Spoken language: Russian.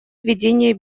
ведения